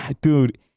dude